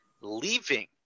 leaving